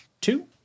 two